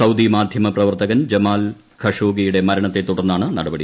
Saudi മാധ്യമപ്രവർത്തകൻ Jamal ഖഷോഗിയുടെ മരണത്തെ തുടർന്നാണ് നടപടി